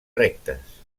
rectes